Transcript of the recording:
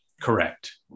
Correct